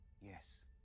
Yes